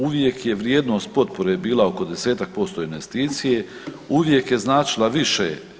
Uvijek je vrijednost potpore bila oko 10-tak posto investicije, uvijek je značila više.